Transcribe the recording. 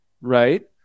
right